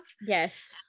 yes